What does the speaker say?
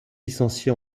licencié